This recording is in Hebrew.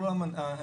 כל עולם הנפיצים,